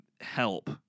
help